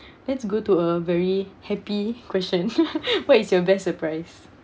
let's go to a very happy question what is your best surprise